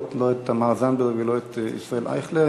לא את תמר זנדברג ולא את ישראל אייכלר.